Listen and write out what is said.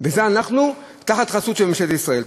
וזה אנחנו, תחת חסות של ממשלת ישראל.